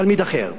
תלמיד אחר.